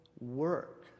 work